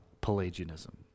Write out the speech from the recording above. Pelagianism